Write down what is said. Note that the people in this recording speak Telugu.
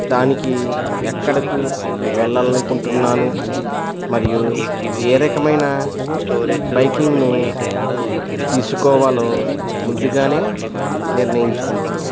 దానికి ఎక్కడకు వెళ్ళాలనుకుంటున్నాను మరియు ఏ రకమైన బైకింగ్ను తీసుకోవాలో ముందుగానే నిర్ణయించుకుంటాను